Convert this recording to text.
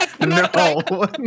No